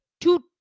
two